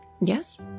yes